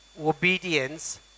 obedience